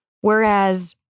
Whereas